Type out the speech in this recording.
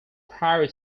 prior